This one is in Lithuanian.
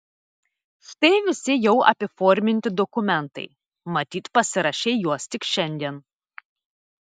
štai visi jau apiforminti dokumentai matyt pasirašei juos tik šiandien